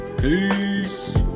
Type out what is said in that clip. peace